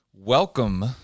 welcome